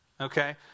okay